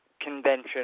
convention